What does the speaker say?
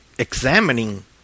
Examining